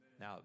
Now